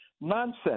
Nonsense